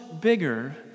bigger